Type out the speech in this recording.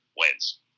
wins